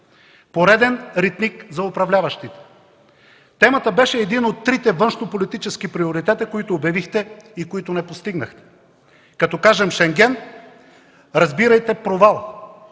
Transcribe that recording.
пореден ритник за управляващите! Темата беше един от трите външнополитически приоритета, които обявихте и които не постигнахте. Като кажем „Шенген”, разбирайте „провал”!